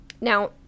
Now